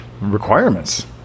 requirements